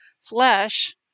flesh